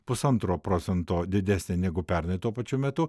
pusantro procento didesnė negu pernai tuo pačiu metu